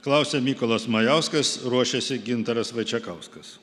klausia mykolas majauskas ruošiasi gintaras vaičekauskas